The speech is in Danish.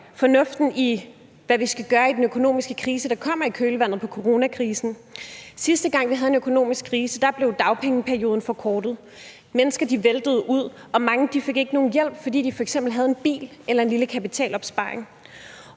gøre i den økonomiske krise, der kommer i kølvandet på coronakrisen. Sidste gang vi havde en økonomisk krise, blev dagpengeperioden forkortet, mennesker væltede ud af systemet, og mange fik ikke nogen hjælp, fordi de f.eks. havde en bil eller en lille kapitalopsparing.